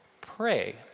pray